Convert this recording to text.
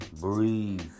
breathe